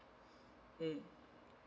mm